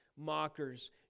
mockers